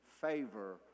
favor